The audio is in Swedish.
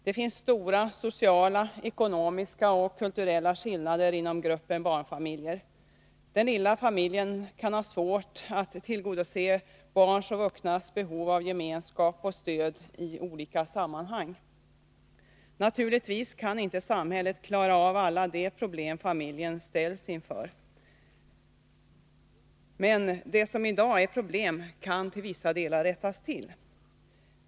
Det finns stora sociala, ekonomiska och kulturella skillnader inom gruppen barnfamiljer. Den lilla familjen kan ha svårt att tillgodose barns och vuxnas behov av gemenskap och stöd i olika sammanhang. Naturligtvis kan inte samhället klara av alla de problem familjen ställs inför, men det som i dag är problem kan till vissa delar rättas till.